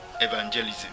Evangelism